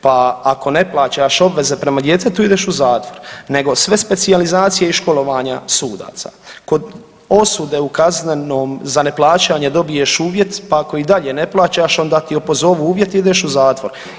Pa ako ne plaćaš obveze prema djetetu ideš u zatvor, nego sve specijalizacije i školovanja sudaca kod osude u kaznenom za neplaćanje dobiješ uvjet, pa ako i dalje ne plaćaš onda ti opozovu uvjet i ideš u zatvor.